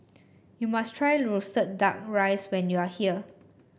you must try roasted duck rice when you are here